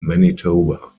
manitoba